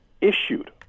issued